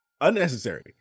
Unnecessary